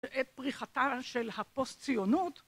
את פריחתה של הפוסט-ציונות